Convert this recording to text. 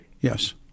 Yes